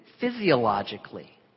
physiologically